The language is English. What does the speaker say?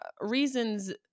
reasons